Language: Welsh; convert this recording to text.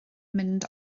mynd